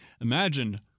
Imagine